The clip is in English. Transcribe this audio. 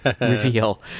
Reveal